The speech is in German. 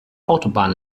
autobahn